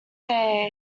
day